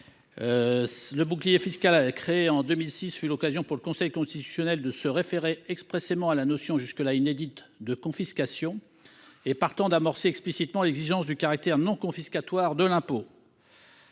Le bouclier fiscal créé en 2006 fut l’occasion pour le Conseil constitutionnel de se référer expressément à la notion, jusqu’alors inédite, de confiscation, et partant, d’amorcer explicitement l’exigence du caractère non confiscatoire de l’impôt.